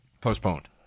Postponed